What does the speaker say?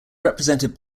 represented